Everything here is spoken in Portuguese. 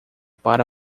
para